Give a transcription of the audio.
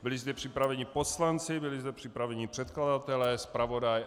Byli zde připraveni poslanci, byli zde připraveni předkladatelé, zpravodaj atd.